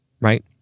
right